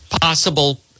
possible